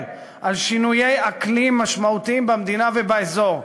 על שינויי אקלים משמעותיים במדינה ובאזור,